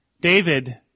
David